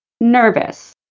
nervous